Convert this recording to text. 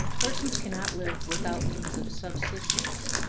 persons cannot live without means of subsistence